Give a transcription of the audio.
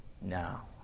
now